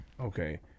okay